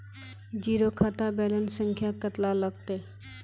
Zero खाता balance संख्या कतला लगते?